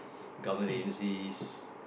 government agencies